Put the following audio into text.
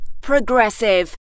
progressive